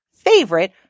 favorite